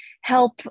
help